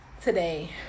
today